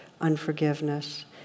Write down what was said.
unforgiveness